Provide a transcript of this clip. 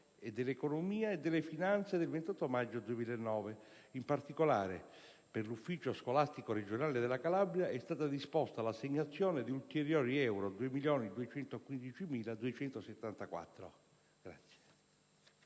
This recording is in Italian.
e dell'economia e delle finanze del 28 maggio 2009. In particolare, per l'ufficio scolastico regionale della Calabria è stata disposta l'assegnazione di ulteriori 2.215.274